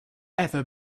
ever